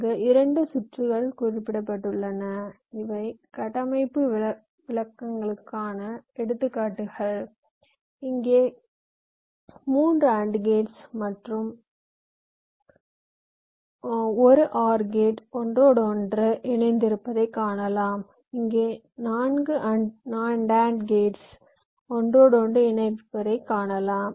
இங்கு 2 சுற்றுகள் குறிப்பிடப்பட்டுள்ளன இவை கட்டமைப்பு விளக்கங்களுக்கான எடுத்துக்காட்டுகள் இங்கே 3 அண்ட் கேட்ஸ் மற்றும் 1 ஆர் கேட் அவை ஒன்றோடொன்று இணைந்திருப்பதைக் காணலாம் இங்கே 4 நான்ட் கேட்ஸ் ஒன்றோடொன்று இணைந்திருப்பதைக் காணலாம்